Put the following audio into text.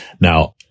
Now